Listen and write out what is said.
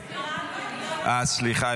סליחה,